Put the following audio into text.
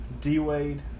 D-Wade